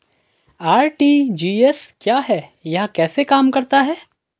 RTGS क्या है यह कैसे काम करता है?